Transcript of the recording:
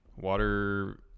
Water